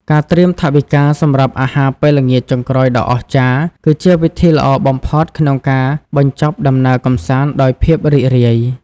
ការត្រៀមថវិកាសម្រាប់អាហារពេលល្ងាចចុងក្រោយដ៏អស្ចារ្យ គឺជាវិធីដ៏ល្អបំផុតក្នុងការបញ្ចប់ដំណើរកម្សាន្តដោយភាពរីករាយ។